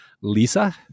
Lisa